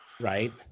right